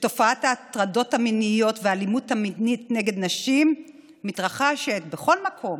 שתופעת ההטרדות המיניות והאלימות המינית נגד נשים מתרחשת בכל מקום,